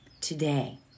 Today